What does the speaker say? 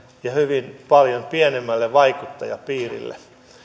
ja hyvin paljon pienemmälle vaikuttajapiirille